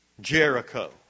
Jericho